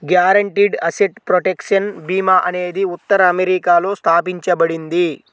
guaranteed asset protection భీమా అనేది ఉత్తర అమెరికాలో స్థాపించబడింది